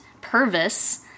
Purvis